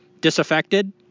Disaffected